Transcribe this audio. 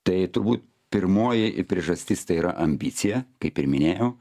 tai turbūt pirmoji priežastis tai yra ambicija kaip ir minėjau